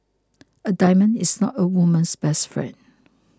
a diamond is not a woman's best friend